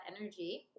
energy